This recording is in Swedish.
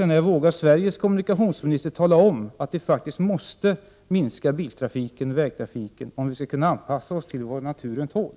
När vågar Sveriges kommunikationsminister tala om att vi i Sverige faktiskt måste minska vägtrafiken om vi skall kunna anpassa oss till vad naturen tål?